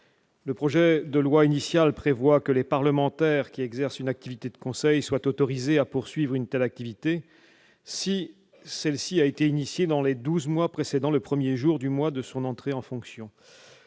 Le projet de loi organique prévoit que les parlementaires qui exercent une activité de conseil sont autorisés à poursuivre une telle activité si celle-ci a été initiée dans les douze mois précédant le premier jour du mois de son entrée en fonction.